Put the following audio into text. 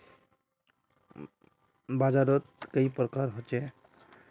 बाजार त कई प्रकार होचे?